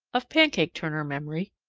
of pancake turner memory,